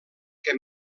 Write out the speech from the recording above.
que